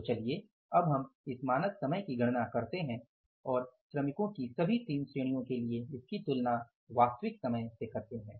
तो चलिए अब हम इस मानक समय की गणना करते हैं और श्रमिकों की सभी 3 श्रेणियों के लिए इसकी तुलना वास्तविक समय से करते हैं